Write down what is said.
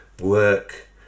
work